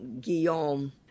Guillaume